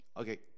Okay